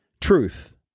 truth